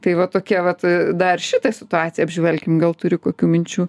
tai va tokia vat dar šitą situaciją apžvelkim gal turi kokių minčių